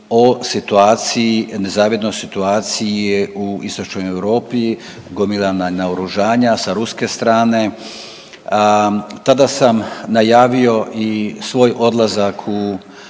o situaciji, nezavidnoj situaciji u Istočnoj Europi, gomilana naoružanja sa ruske strane. Tada sam najavio i svoj odlazak u